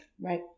Right